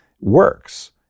works